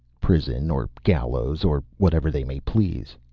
prison or gallows or whatever they may please.